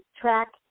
track